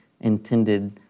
intended